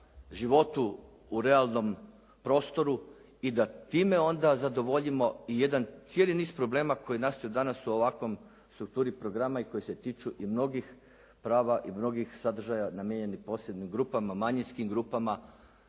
životu u realnom prostoru i da time onda zadovoljimo i jedan cijeli niz problema koji nastaje danas u ovakvoj strukturi programa i koji se tiču i mnogih prava i mnogih sadržaja namijenjenih posebnim grupama, manjinskim grupama